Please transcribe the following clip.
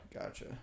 Gotcha